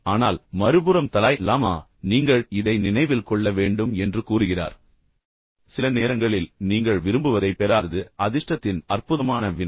ஆனால் மறுபுறம் Dalai Lama நீங்கள் இதை நினைவில் கொள்ள வேண்டும் என்று கூறுகிறார் சில நேரங்களில் நீங்கள் விரும்புவதைப் பெறாதது அதிர்ஷ்டத்தின் அற்புதமான வினை